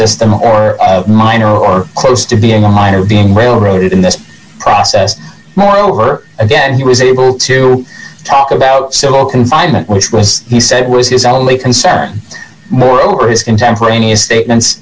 system or minor or close to being a minor being railroaded in this process moreover again he was able to talk about civil confinement which was he said was his only concern moreover his contemporaneous statements